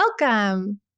Welcome